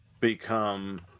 Become